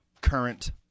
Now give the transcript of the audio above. current